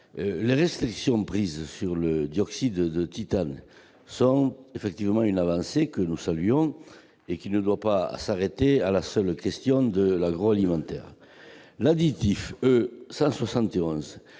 Les restrictions prises sur le dioxyde de titane sont une avancée, que nous saluons et qui ne doit pas s'arrêter à la seule question de l'agroalimentaire. L'additif E171